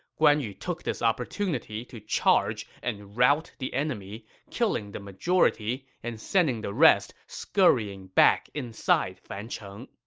guan yu took this opportunity to charge and rout the enemy, killing the majority and sending the rest scurrying back inside fancheng